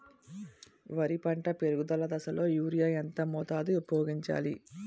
వరి పంట పెరుగుదల దశలో యూరియా ఎంత మోతాదు ఊపయోగించాలి?